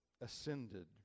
ascended